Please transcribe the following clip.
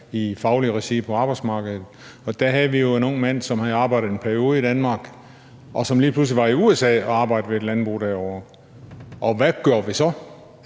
i fagligt regi på arbejdsmarkedet, og der havde vi jo en ung mand, som havde arbejdet i en periode i Danmark, og som lige pludselig var i USA og arbejdede ved et landbrug derovre, og hvad gjorde vi så?